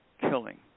killing